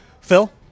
Phil